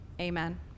amen